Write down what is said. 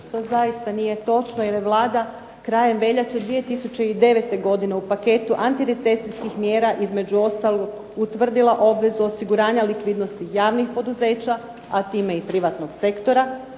To zaista nije točno jer je Vlada krajem veljače 2009. godine u paketu antirecesijskih mjera između ostalog utvrdila obvezu osiguranja likvidnosti javnih poduzeća, a time i privatnih sektora,